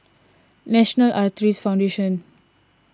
National Arthritis Foundation